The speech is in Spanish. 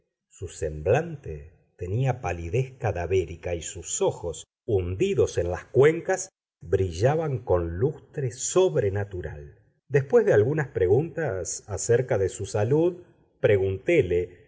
su semblante tenía palidez cadavérica y sus ojos hundidos en las cuencas brillaban con lustre sobrenatural después de algunas preguntas acerca de su salud preguntéle